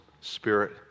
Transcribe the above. spirit